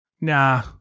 nah